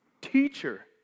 Teacher